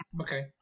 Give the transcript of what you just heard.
Okay